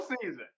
season